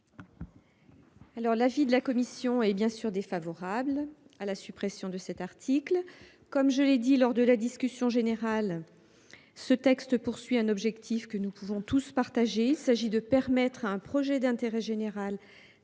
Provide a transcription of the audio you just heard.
Alors l'avis de la commission est bien sûr défavorable. À la suppression de cet article, comme je l'ai dit lors de la discussion générale. Ce texte poursuit un objectif que nous pouvons tous partager. Il s'agit de permettre à un projet d'intérêt général déjà validé